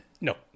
No